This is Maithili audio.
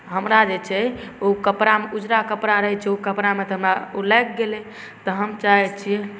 हमरा जे छै ओ कपड़ामे ओ उजरा कपड़ा रहै छै ओ कपड़ामे तऽ हमरा लागि गेलै तऽ हम चाहै छिए